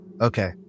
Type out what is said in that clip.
Okay